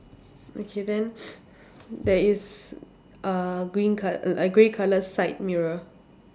okay then there is uh green colour a a grey colour side mirror